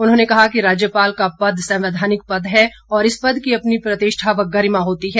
उन्होंने कहा कि राज्यपाल का पद संवैधानिक पद है और इस पद की अपनी प्रतिष्ठा व गरिमा होती है